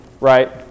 right